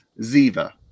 Ziva